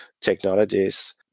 technologies